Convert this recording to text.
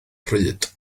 pryd